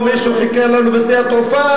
או שמישהו חיכה לנו בשדה התעופה,